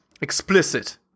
explicit